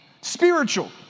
spiritual